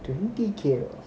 twenty K